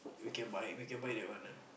we can buy we can buy that one ah